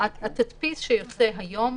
הרעיון של התדפיס שיוצא היום